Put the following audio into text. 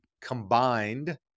combined